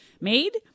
made